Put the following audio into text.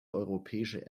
europäische